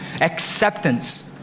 acceptance